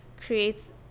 creates